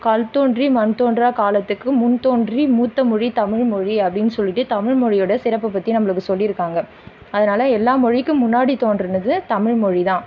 கல் தோன்றி மண் தோன்றா காலத்துக்கு முன் தோன்றி மூத்த மொழி தமிழ் மொழி அப்படின்னு சொல்லிவிட்டு தமிழ் மொழியோட சிறப்பை பற்றி நம்பளுக்கு சொல்லிருக்காங்க அதனால் எல்லா மொழிக்கும் முன்னாடி தோன்றினது தமிழ் மொழி தான்